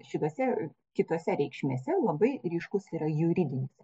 šitose kitose reikšmėse labai ryškus yra juridinis